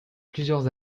plusieurs